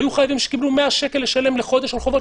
היו חייבים שקיבלו לשלם 100 שקל לחודש על חובות